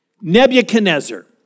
Nebuchadnezzar